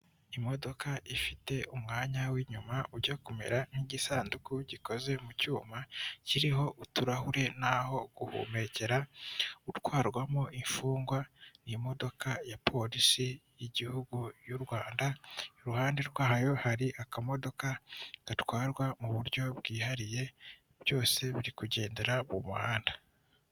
Imodoka ifite umwanya w'inyuma ujya kumera nk'igisanduku gikoze m'icyuma kiriho uturahure naho guhumekera utwarwamo imfungwa n'imodoka ya polisi y'igihugu y'u Rwanda iruhande rwayo hari akamodoka gatwarwa mu buryo bwihariye byose biri kugendera mu muhanda.